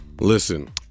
Listen